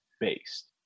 based